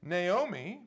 Naomi